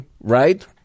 right